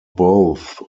both